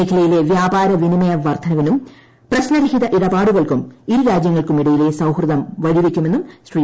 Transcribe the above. മേഖലയിലെ വ്യാപാര വിനിമയ വർദ്ധനവിനും പ്രശ്നരഹിത ഇടപാടുകൾക്കും ഇരു രാജ്യങ്ങൾക്കുമിടയിലെ സൌഹൃദം വഴി വെയ്ക്കുമെന്നും ശ്രീ